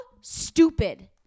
stupid